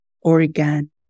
Oregon